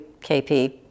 KP